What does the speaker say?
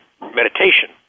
meditation